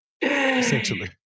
essentially